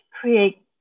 create